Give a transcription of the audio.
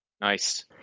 Nice